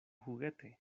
juguete